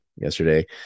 yesterday